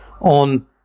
on